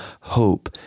hope